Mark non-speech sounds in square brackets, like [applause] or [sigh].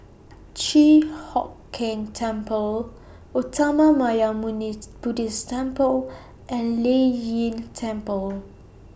Chi Hock Keng Temple [unintelligible] Buddhist Temple and Lei Yin Temple